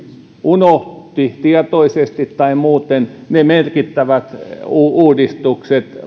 unohti tietoisesti tai muuten ne merkittävät uudistukset